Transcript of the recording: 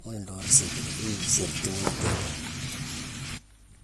Ghuna nroog nruu sértatine-isértatine ghuna an timpu ghune.